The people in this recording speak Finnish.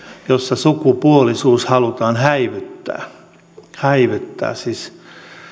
jossa sukupuolisuus halutaan häivyttää häivyttää siis